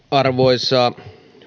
arvoisa